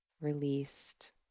released